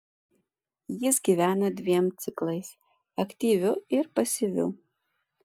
jis gyvena dviem ciklais aktyviu ir pasyviu